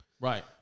right